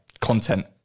content